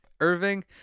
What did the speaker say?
Irving